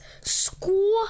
school